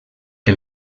que